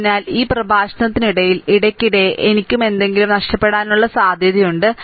അതിനാൽ ഈ പ്രഭാഷണത്തിനിടയിൽ ഇടയ്ക്കിടെ എനിക്കും എന്തെങ്കിലും നഷ്ടപ്പെടാനുള്ള സാധ്യതയുണ്ട്